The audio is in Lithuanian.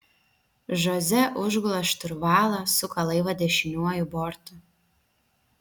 žoze užgula šturvalą suka laivą dešiniuoju bortu